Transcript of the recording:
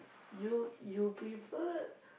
you you prefer